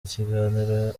ikiganiro